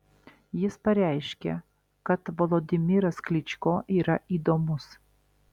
jis pareiškė kad volodymyras klyčko yra įdomus